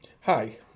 Hi